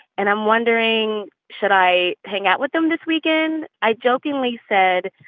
and i'm wondering, should i hang out with them this weekend? i jokingly said,